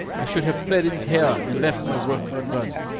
i should have fled in terror and left my work undone.